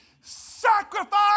sacrifice